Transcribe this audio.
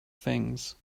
things